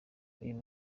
uyu